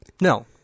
No